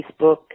Facebook